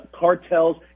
cartels